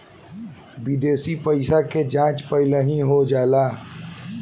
विदेशी पइसा के जाँच पहिलही हो जाला